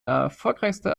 erfolgreichste